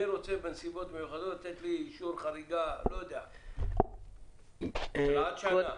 אני רוצה בנסיבות מיוחדות שייתנו לי אישור חריגה של עד שנה.